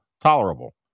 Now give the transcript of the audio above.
tolerable